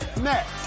next